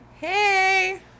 hey